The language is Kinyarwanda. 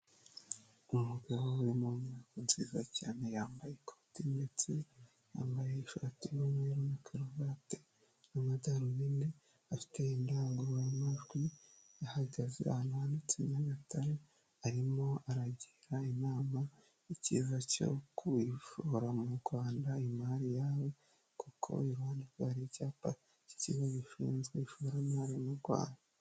Umugabo uri mu nyubako nziza cyane, yambaye ikoti ndetse yambaye ishati y'umweru na karuvati, amadarubindi afite indangururamajwi. Yahagaze ahantu handitse Nyagatare. Arimo aragira inama ikiza cyo kushora mu Rwanda imari yawe kuko iruhande rwe hari icyapa cy'ikigo gishinzwe ishoramari mu Rwanda.